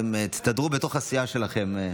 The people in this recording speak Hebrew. תסתדרו בתוך הסיעה שלכם.